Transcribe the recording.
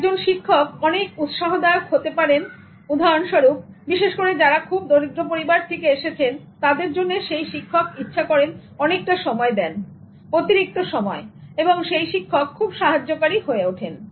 একজন শিক্ষক অনেক উৎসাহদায়ক হতে পারেন উদাহরণস্বরূপ বিশেষ করে যারা খুব দরিদ্র পরিবার থেকে এসেছেন তাদের জন্য সেই শিক্ষক ইচ্ছে করে অনেকটা সময় দেন অতিরিক্ত সময় এবং সেই শিক্ষক খুব সাহায্যকারী হয়ে ওঠেন